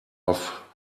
off